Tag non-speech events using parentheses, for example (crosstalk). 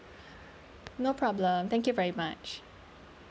(breath) no problem thank you very much